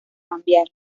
cambiar